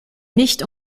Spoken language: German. nicht